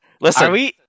Listen